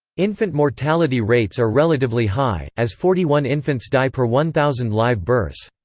infant mortality rates are relatively high, as forty one infants die per one thousand live births.